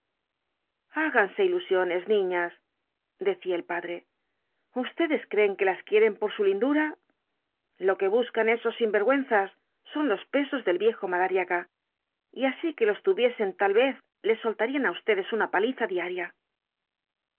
háganse ilusiones niñas decía el padre ustedes creen que las quieren por su lindura lo que buscan esos sinvergüenzas son los pesos del viejo madariaga y así que los tuviesen tal vez les soltarían á ustedes una paliza diaria